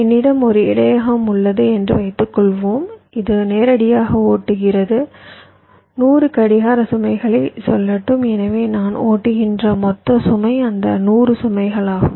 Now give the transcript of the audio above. என்னிடம் ஒரு இடையகம் உள்ளது என்று வைத்துக்கொள்வோம் இது நேரடியாக ஓட்டுகிறது 100 கடிகார சுமைகளைச் சொல்லட்டும் எனவே நான் ஓட்டுகின்ற மொத்த சுமை அந்த 100 சுமைகளாகும்